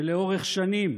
כשלאורך שנים